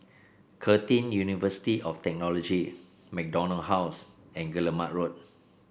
Curtin University of Technology MacDonald House and Guillemard Road